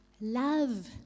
love